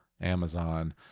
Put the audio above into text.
Amazon